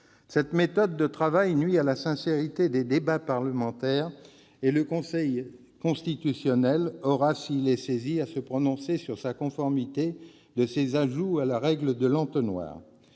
Cette méthode de travail nuit à la sincérité des débats parlementaires. Le Conseil constitutionnel aura, s'il est saisi, à se prononcer sur la conformité de ces ajouts à la règle de l'entonnoir.